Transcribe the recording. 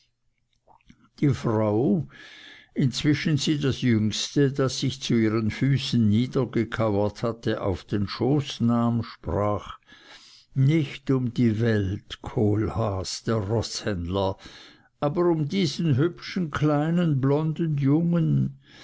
die frau inzwischen sie das jüngste das sich zu ihren füßen niedergekauert hatte auf den schoß nahm sprach nicht um die welt kohlhaas der roßhändler aber um diesen hübschen kleinen blonden jungen